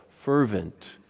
fervent